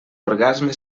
orgasme